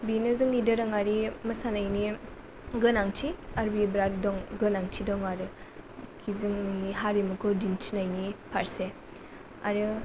बेनो जोंनि दोरोङारि मोसानायनि गोनांथि आरो बेयो बिराद दं गोनांथि दङ आरो कि जोंनि हारिमुखौ दिन्थिनायनि फारसे आरो